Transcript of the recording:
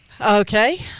Okay